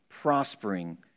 Prospering